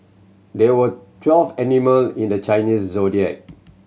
there were twelve animal in the Chinese Zodiac